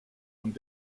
und